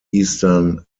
eastern